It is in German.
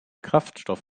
kraftstoff